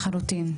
לחלוטין.